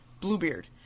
Bluebeard